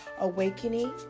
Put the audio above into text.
Awakening